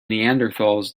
neanderthals